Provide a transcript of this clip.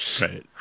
Right